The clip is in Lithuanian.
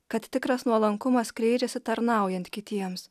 kad tikras nuolankumas skleidžiasi tarnaujant kitiems